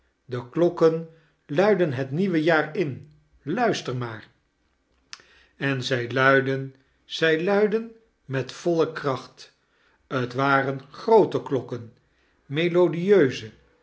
de klokken luiden het nieuwe jaar in luister maar en zij luidden zij luidden met voile kracht t waren groote klokken melodieuze